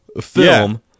film